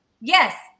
yes